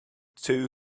two